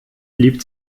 blieb